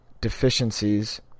deficiencies